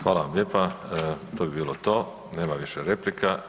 Hvala vam lijepa, to bi bilo to, nema više replika.